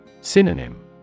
Synonym